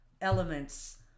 elements